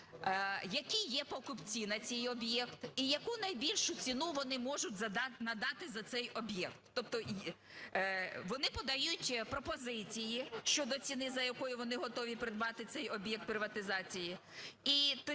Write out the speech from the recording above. які є покупці на цей об'єкт і яку найбільшу ціну вони можуть надати за цей об'єкт. Тобто вони подають пропозиції щодо ціни, за якою вони готові придбати цей об'єкт приватизації,